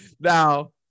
Now